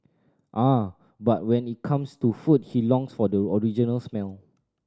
ah but when it comes to food he longs for the original smell